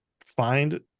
find